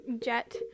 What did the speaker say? jet